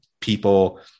people